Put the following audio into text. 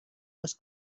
los